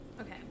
Okay